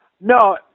No